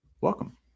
welcome